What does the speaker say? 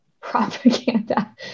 Propaganda